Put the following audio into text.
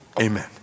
Amen